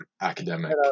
academic